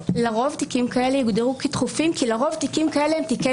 לרוב תיקים כאלה יוגדרו כדחופים כי לרוב תיקים כאלה הם תיקי